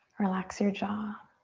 relax your jaw.